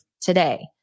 today